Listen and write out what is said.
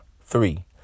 three